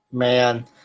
man